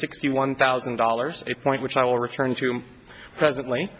sixty one thousand dollars a point which i will return to presently